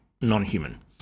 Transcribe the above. non-human